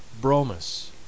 bromus